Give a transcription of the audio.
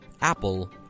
Apple